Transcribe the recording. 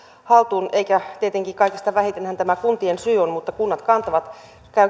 haltuun tietenkin kaikista vähitenhän tämä kuntien syy on mutta kunnat kantavat